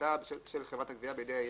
העסקתה של חברת הגבייה בידי העירייה.